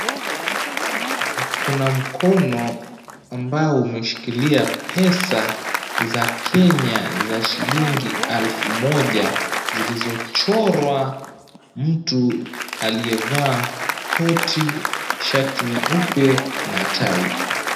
Kuna mkono ambao umeshikilia pesa za Kenya za shilingi elfu moja, zilizochorwa mtu aliyevaa koti, shati nyeupe na tai.